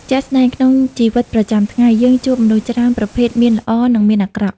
ជាក់ស្តែង ក្នុងជីវិតប្រចាំថ្ងៃ យើងជួបមនុស្សច្រើនប្រភេទមានល្អ និងមានអាក្រក់។